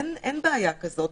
אין בעיה כזאת.